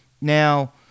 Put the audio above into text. Now